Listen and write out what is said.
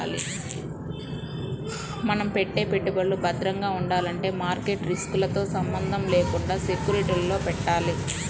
మనం పెట్టే పెట్టుబడులు భద్రంగా ఉండాలంటే మార్కెట్ రిస్కులతో సంబంధం లేకుండా సెక్యూరిటీలలో పెట్టాలి